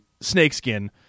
Snakeskin